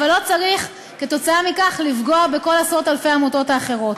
אבל לא צריך כתוצאה מכך לפגוע בכל עשרות-אלפי העמותות האחרות.